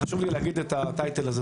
וחשוב לי להגיד את הכותרת הזו,